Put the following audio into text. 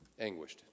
anguished